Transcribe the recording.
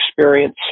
experience